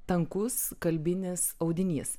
tankus kalbinis audinys